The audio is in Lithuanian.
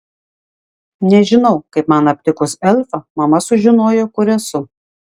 nežinau kaip man aptikus elfą mama sužinojo kur esu